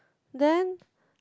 then